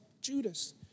Judas